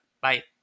Bye